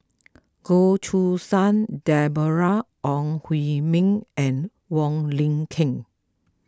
Goh Choo San Deborah Ong Hui Min and Wong Lin Ken